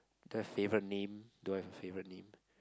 the favorite name don't have a favorite name